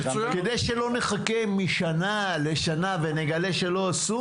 כדי שלא נחכה משנה לשנה ונגלה שלא עשו